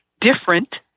different